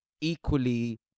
equally